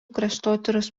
kraštotyros